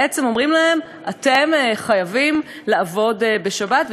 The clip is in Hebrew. בעצם אומרים להם: אתם חייבים לעבוד בשבת,